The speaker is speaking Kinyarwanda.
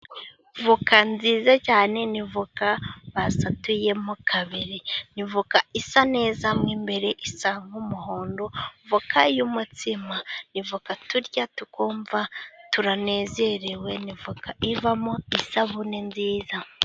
Voka nziza cyane ni voka basatuyemo kabiri. Ni voka isa neza nk'imbere isa nk'umuhondo. Voka y'umutsima ni voka turya tukumva turanezerewe avoka ivamo isabune nziza.